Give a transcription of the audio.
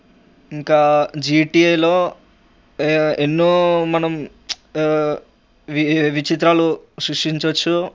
ఇంకా జిటిఏలో ఎన్నో మనం వి విచిత్రాలు సృష్టించవచ్చు